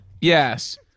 Yes